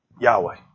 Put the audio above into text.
Yahweh